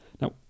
Now